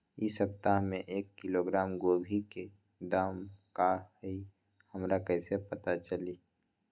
इ सप्ताह में एक किलोग्राम गोभी के दाम का हई हमरा कईसे पता चली?